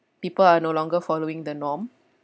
people are no longer following the norm